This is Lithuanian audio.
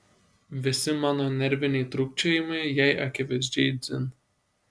visi mano nerviniai trūkčiojimai jai akivaizdžiai dzin